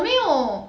我没有